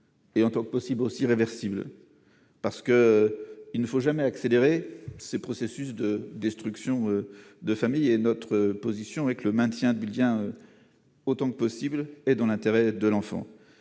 et en tant que possible, aussi réversible, parce que il ne faut jamais accélérer ce processus de destruction de famille et notre position est que le maintien du lien. Autant que possible et dans l'intérêt de l'enfant,